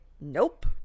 nope